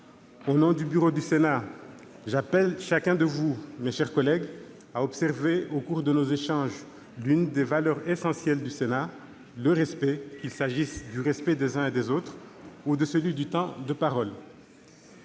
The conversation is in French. Au nom du bureau du Sénat, j'appelle chacun à observer, au cours de nos échanges, l'une de nos valeurs essentielles : le respect, qu'il s'agisse du respect des uns et des autres ou de celui du temps de parole.